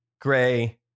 gray